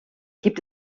gibt